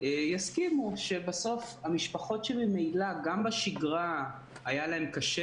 וכולם יסכימו שבסוף שלמשפחות שהיה להן קשה